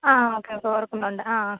ആ okay okay ഓർക്കുന്നുണ്ട് ആ